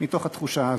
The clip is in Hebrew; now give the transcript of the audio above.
מתוך התחושה הזו,